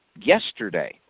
yesterday